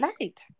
right